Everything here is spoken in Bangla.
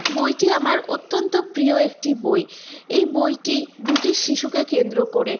বইটি আমার অত্যন্ত প্রিয় একটি বই এই বইটি দুটি শিশুকে কেন্দ্র করে